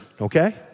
Okay